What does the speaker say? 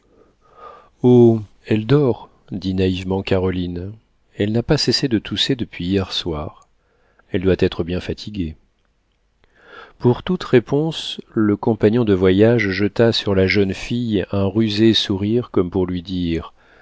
oh elle dort dit naïvement caroline elle n'a pas cessé de tousser depuis hier soir elle doit être bien fatiguée pour toute réponse le compagnon de voyage jeta sur la jeune fille un rusé sourire comme pour lui dire